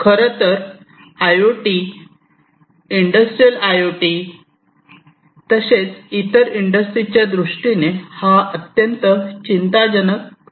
खरंतर I O T industrial I O T तसेच इतर इंडस्ट्रीजच्या दृष्टीने हा अत्यंत चिंताजनक विषय आहे